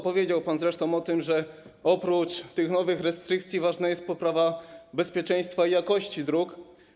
Powiedział pan zresztą o tym, że oprócz nowych restrykcji ważna jest poprawa bezpieczeństwa i jakości dróg.